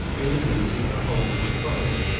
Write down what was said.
nearly losing her hold of the tray.